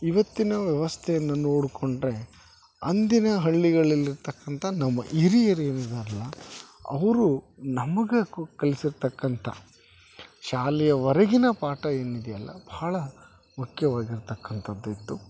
ಇವತ್ತಿನ ವ್ಯವಸ್ಥೆಯನ್ನ ನೋಡಿಕೊಂಡ್ರೆ ಅಂದಿನ ಹಳ್ಳಿಗಳಲ್ಲಿರತಕ್ಕಂತ ನಮ್ಮ ಹಿರಿಯರ್ ಏನಿದ್ದಾರಲ್ಲ ಅವರು ನಮ್ಗೆ ಕಲಿಸಿರತಕ್ಕಂತ ಶಾಲೆಯ ಹೊರಗಿನ ಪಾಠ ಏನಿದೆಯಲ್ಲ ಬಹಳ ಮುಖ್ಯವಾಗಿರ್ತಕ್ಕಂತದ್ದಿತ್ತು